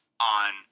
on